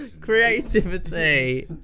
Creativity